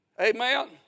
Amen